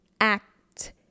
Act